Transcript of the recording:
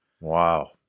Wow